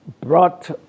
brought